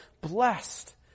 blessed